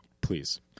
please